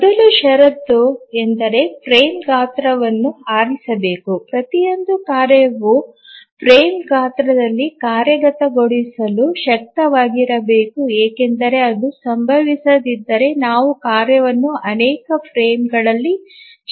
ಮೊದಲ ಷರತ್ತು ಎಂದರೆ ಫ್ರೇಮ್ ಗಾತ್ರವನ್ನು ಆರಿಸಬೇಕು ಪ್ರತಿಯೊಂದು ಕಾರ್ಯವು ಫ್ರೇಮ್ ಗಾತ್ರದಲ್ಲಿ ಕಾರ್ಯಗತಗೊಳಿಸಲು ಶಕ್ತವಾಗಿರಬೇಕು ಏಕೆಂದರೆ ಅದು ಸಂಭವಿಸದಿದ್ದರೆ ನಾವು ಕಾರ್ಯವನ್ನು ಅನೇಕ ಫ್ರೇಮ್ಗಳಲ್ಲಿ ಚಲಾಯಿಸಬೇಕು